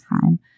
time